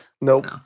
Nope